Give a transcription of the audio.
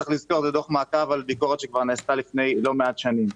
צריך לזכור שזה דוח מעקב על ביקורת שנעשתה כבר לפני לא מעט שנים.